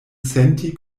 senti